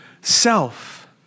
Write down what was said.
self